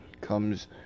Comes